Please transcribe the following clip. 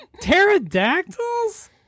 Pterodactyls